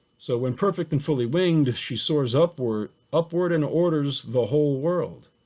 so when perfect and fully winged, she soars upward upward in orders the whole world,